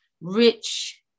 rich